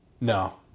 no